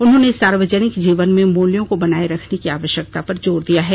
उन्होंने सार्वजनिक जीवन में मूल्यों को बनाए रखने की आवश्यकता पर जोर दिया है